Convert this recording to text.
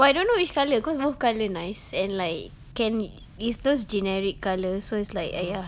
but I don't know which colour cause no colour nice and like can is those generic colour so it's like !aiya!